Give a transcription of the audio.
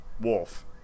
wolf